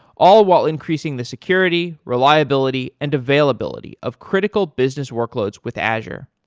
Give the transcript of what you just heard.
all while increasing the security, reliability and availability of critical business workloads with azure.